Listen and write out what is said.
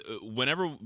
whenever